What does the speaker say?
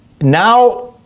now